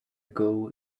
ago